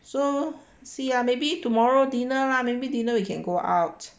so see ya maybe tomorrow dinner lah maybe dinner we can go out